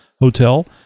Hotel